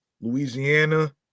Louisiana